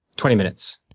twenty minutes.